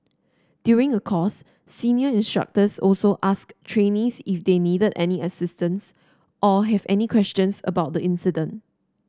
during a course senior instructors also asked trainees if they needed any assistance or have any questions about the incident